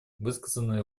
высказанные